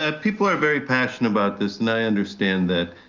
ah people are very passionate about this and i understand that.